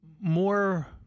More